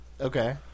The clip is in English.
okay